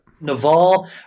Naval